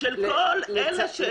של כל העובדים שנמצאים כאן.